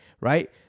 right